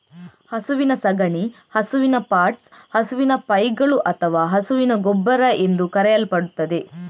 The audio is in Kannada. ಹಸುವಿನ ಸಗಣಿ ಹಸುವಿನ ಪಾಟ್ಸ್, ಹಸುವಿನ ಪೈಗಳು ಅಥವಾ ಹಸುವಿನ ಗೊಬ್ಬರ ಎಂದೂ ಕರೆಯಲ್ಪಡುತ್ತದೆ